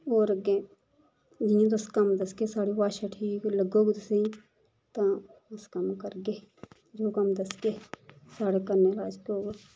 होर अग्गें जियां तुस कम्म दस्सगे साढ़ी आसेआ ठीक लगोग तुसेंगी तां तुस कम्म करगे जो कम्म दस्सगे साढ़ै कन्नै लायक होग